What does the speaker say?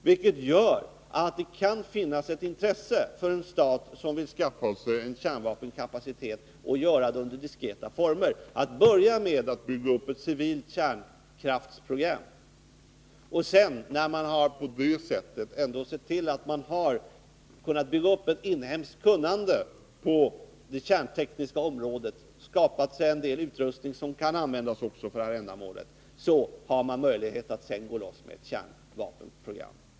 Detta gör att det kan finnas ett intresse för en stat, som i diskreta former vill skaffa sig en kärnvapenkapacitet, att börja med att bygga upp ett civilt kärnkraftsprogram. När man sedan har byggt upp ett inhemskt kunnande på det kärntekniska området och skaffat en del utrustning inom detta, har man fått möjlighet att gå in för ett kärnvapenprogram.